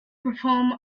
perform